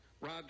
Rob